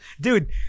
dude